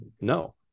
No